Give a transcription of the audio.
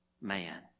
man